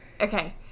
Okay